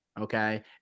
Okay